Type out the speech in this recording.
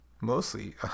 mostly